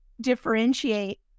differentiate